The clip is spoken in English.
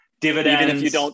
Dividends